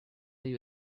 you